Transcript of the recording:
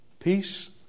Peace